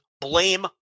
blame